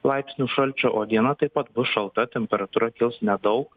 laipsnių šalčio o diena taip pat bus šalta temperatūra kils nedaug